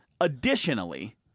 Additionally